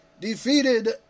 Defeated